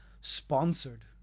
sponsored